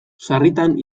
sarritan